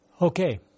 Okay